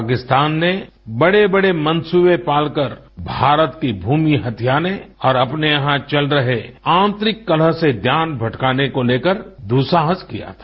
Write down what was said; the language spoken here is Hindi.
पाकिस्तान ने बड़े बड़े मंसूबे पाल कर भारत की भूमि हथियाने और अपने यहां चल रहे आंतरिक कलह से ध्यान भटकाने को लेकर दुस्साहस किया था